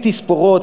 מתספורות,